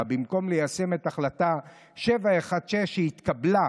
במקום ליישם את החלטה 716 שהתקבלה.